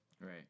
Right